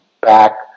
back